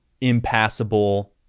impassable